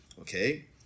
Okay